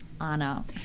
anna